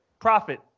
profit